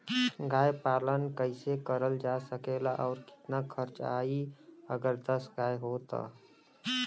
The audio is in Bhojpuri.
गाय पालन कइसे करल जा सकेला और कितना खर्च आई अगर दस गाय हो त?